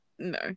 No